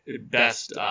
Best